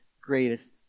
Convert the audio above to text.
greatest